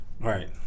Right